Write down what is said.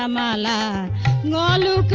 um la la la la